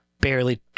barely